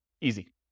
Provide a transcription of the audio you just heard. Easy